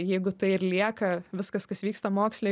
jeigu tai ir lieka viskas kas vyksta moksle